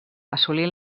assolint